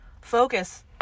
focus